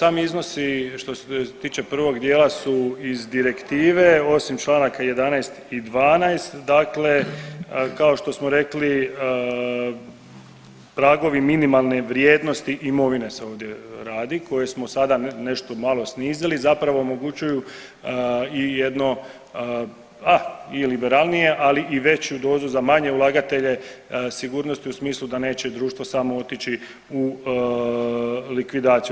Dakle, sami iznosi što se tiče prvog dijela su iz direktive osim Članaka 11. i 12., dakle kao što smo rekli pragovi minimalne vrijednosti imovine se ovdje radi koje smo sada nešto malo snizili zapravo omogućuju i jedno, a i liberalnije ali i veću dozu za manje ulagatelje sigurnosti u smislu da neće društvo samo otići u likvidaciju.